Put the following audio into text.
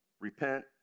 Repent